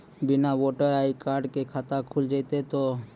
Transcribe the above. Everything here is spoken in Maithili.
बिना वोटर आई.डी कार्ड के खाता खुल जैते तो?